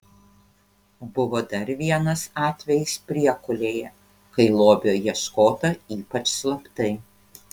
buvo dar vienas atvejis priekulėje kai lobio ieškota ypač slaptai